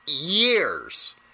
years